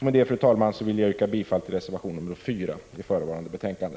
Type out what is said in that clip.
Med detta, fru talman, yrkar jag bifall till reservation 4 i förevarande betänkande.